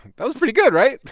that was pretty good, right?